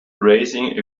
raising